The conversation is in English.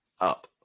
up